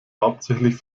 hauptsächlich